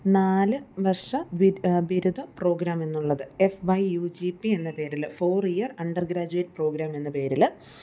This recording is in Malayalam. നാല് വർഷ ബിരുദ പ്രോഗ്രാം എന്നുള്ളത് F Y U G P എന്ന പേരിൽ four year undergraduate program എന്ന പേരിൽ